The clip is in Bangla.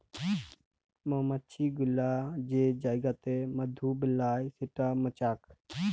মমাছি গুলা যে জাইগাতে মধু বেলায় সেট মচাক